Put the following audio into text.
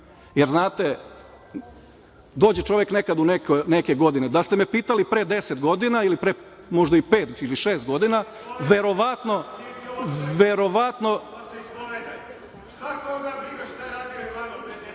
jer znate, dođe čovek nekada u neke godine, da ste me pitali pre deset godina, ili pre pet ili šest godina, verovatno,